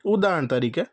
ઉદાહરણ તરીકે